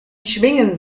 schwingen